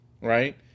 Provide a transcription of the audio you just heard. right